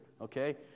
Okay